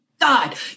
god